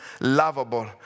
lovable